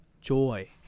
joy